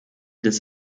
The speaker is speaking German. des